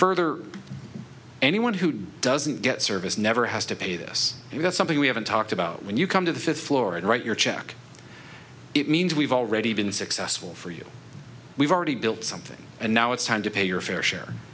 further anyone who doesn't get service never has to pay this you've got something we haven't talked about when you come to the fifth floor and write your check it means we've already been successful for you we've already built something and now it's time to pay your fair share